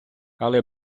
але